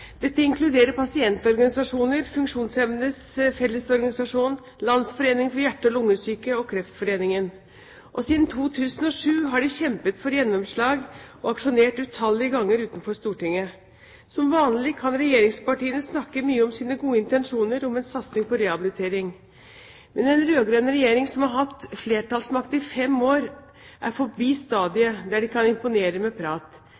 Dette inkluderer pasientorganisasjoner som Funksjonshemmedes Fellesorganisasjon, Landsforeningen for hjerte- og lungesyke og Kreftforeningen. Siden 2007 har de kjempet for gjennomslag, og de har aksjonert utallige ganger utenfor Stortinget. Som vanlig kan regjeringspartiene snakke mye om sine gode intensjoner om en satsing på rehabilitering. Men en rød-grønn regjering som har hatt flertallsmakt i fem år, er forbi stadiet der de kan imponere med prat.